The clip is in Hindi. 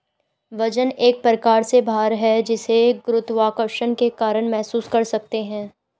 वजन एक प्रकार से भार है जिसे गुरुत्वाकर्षण के कारण महसूस कर सकते है